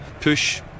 push